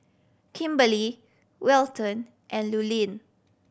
Kimberley Welton and Lurline